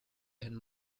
and